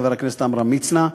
חבר הכנסת עמרם מצנע,